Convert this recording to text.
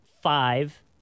five